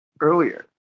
earlier